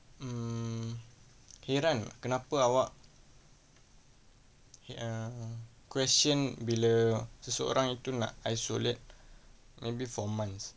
hmm hairan lah kenapa awak err question bila seseorang itu nak isolate maybe for months